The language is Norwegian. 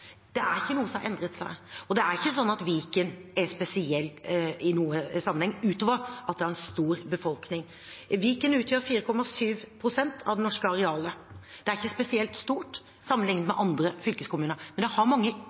Det er ikke noe som har endret seg, og det er ikke slik at Viken er spesielt i noen sammenheng, ut over at det har en stor befolkning. Viken utgjør 4,7 pst. av det norske arealet. Det er ikke spesielt stort sammenlignet med andre fylkeskommuner, men det er mange